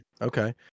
Okay